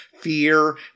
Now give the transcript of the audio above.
fear